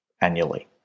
annually